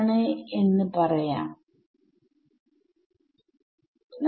ഡിസ്ക്രിടൈസ്ചെയ്യാൻ ഞാൻ തിരഞ്ഞെടുത്ത വഴി നല്ലതാണ്